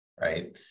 right